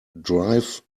drive